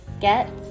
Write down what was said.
Get